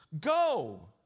Go